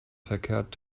verkehrt